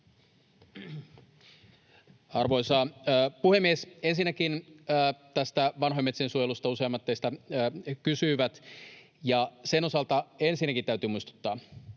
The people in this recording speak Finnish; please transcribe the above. Arvoisa puhemies! Ensinnäkin tästä vanhojen metsien suojelusta useammat teistä kysyivät. Sen osalta ensinnäkin täytyy muistuttaa,